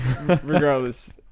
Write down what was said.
Regardless